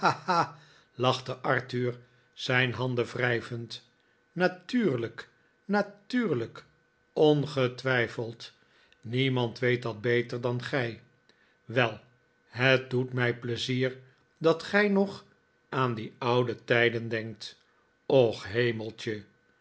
lachte arthur zij n handen wrijvend natuurlijk natuurlijk ongetwijfeld niemand weet dat beter dan gij wel het doet mij pleizier dat gij nog aan die oude tijden denkt och hemeltje